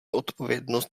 odpovědnost